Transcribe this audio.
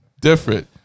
Different